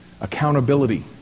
Accountability